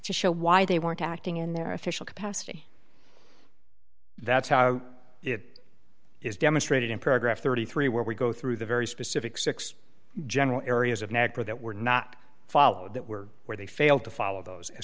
show why they weren't acting in their official capacity that's how it is demonstrated in paragraph thirty three where we go through the very specific six general areas of nagpur that were not followed that were where they failed to follow those as